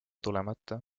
tulemata